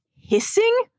hissing